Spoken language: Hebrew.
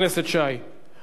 חבר הכנסת צרצור,